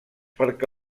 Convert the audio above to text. perquè